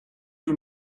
you